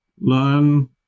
learn